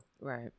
Right